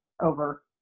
over